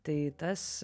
tai tas